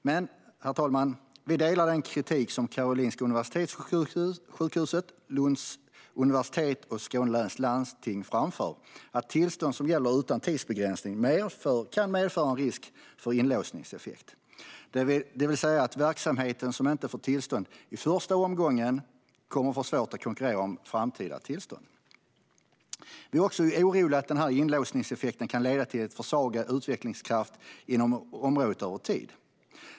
Men, herr talman, vi delar den kritik som Karolinska universitetssjukhuset, Lunds universitet och Skåne läns landsting framför om att tillstånd som gäller utan tidsbegränsning kan medföra en risk för inlåsningseffekter, det vill säga att en verksamhet som inte får tillstånd i den första omgången kommer att få svårt att konkurrera om ett framtida tillstånd. Vi är också oroliga för att denna inlåsningseffekt kan leda till en försvagad utvecklingskraft inom detta område över tid.